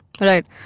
Right